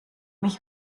mich